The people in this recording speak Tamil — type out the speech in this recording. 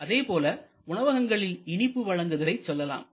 அதேபோல உணவகங்களில் இனிப்பு வழங்குதலை சொல்லலாம்